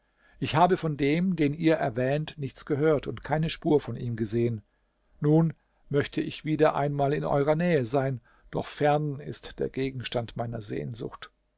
ich habe von dem den ihr erwähnt nichts gehört und keine spur von ihm gesehen nun möchte ich wieder einmal in eurer nähe sein doch fern ist der gegenstand meiner sehnsucht